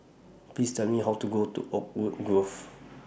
Please Tell Me How to Go to Oakwood Grove